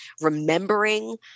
remembering